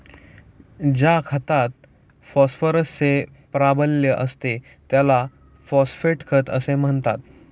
ज्या खतात फॉस्फरसचे प्राबल्य असते त्याला फॉस्फेट खत असे म्हणतात